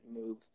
move